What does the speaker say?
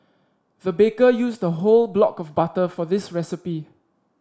the baker used a whole block of butter for this recipe